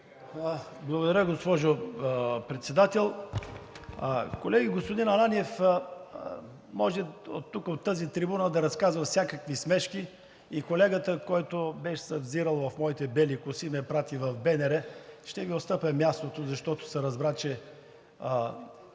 Благодаря, госпожо Председател. Колеги, господин Ананиев може тук от тази трибуна да разказва всякакви смешки. И колегата, който се беше взирал в моите бели коси, ме прати в БНР. Ще му отстъпя мястото, защото се разбра и